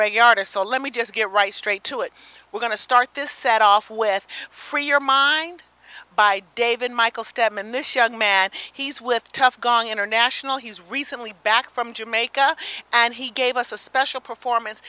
radiata so let me just get right straight to it we're going to start this set off with free your mind by david michael stedman this young man he's with tough gong international he's recently back from jamaica and he gave us a special performance